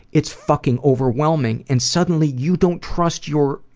it's fucking overwhelming and suddenly, you don't trust your,